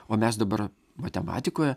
o mes dabar matematikoje